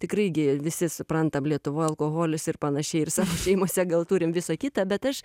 tikrai gi visi suprantam lietuvoj alkoholis ir panašiai ir savo šeimose gal turim visa kita bet aš